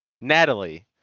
Natalie